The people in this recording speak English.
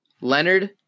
Leonard